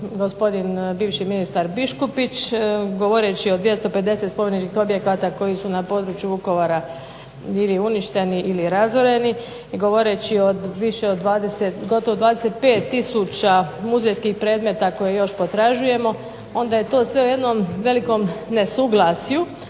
gospodin bivši ministar Biškupić govoreći o 250 spomenačkih objekata koji su na području Vukovara ili uništeni ili razoreni i govoreći više od 25 tisuća muzejskih predmeta koje još potražujemo, onda je sve to u jednom velikom nesuglasju.